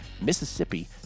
Mississippi